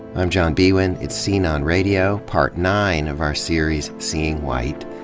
i'm john biewen. it's scene on radio, part nine of our series, seeing white.